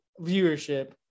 viewership